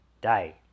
day